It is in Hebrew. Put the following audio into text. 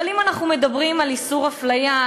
אבל אם אנחנו מדברים על איסור הפליה,